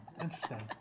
interesting